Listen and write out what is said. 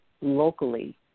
locally